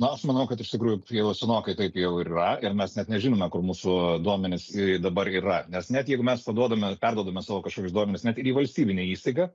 nu aš manau kad iš tikrųjų jau senokai taip jau yra ir mes net nežinome kur mūsų duomenys dabar yra nes net jeigu mes paduodame perduodame savo kažkokius duomenis net ir į valstybinę įstaigą